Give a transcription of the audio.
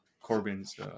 Corbin's